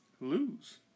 lose